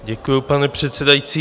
Děkuji, pane předsedající.